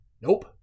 Nope